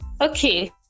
Okay